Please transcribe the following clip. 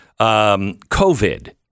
COVID